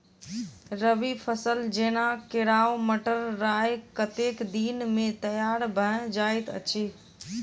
रबी फसल जेना केराव, मटर, राय कतेक दिन मे तैयार भँ जाइत अछि?